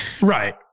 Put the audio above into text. Right